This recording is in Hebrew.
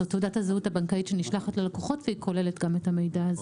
זו תעודת הזהות הבנקאית שנשלחת ללקוחות והיא כוללת גם את המידע הזה.